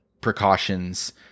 precautions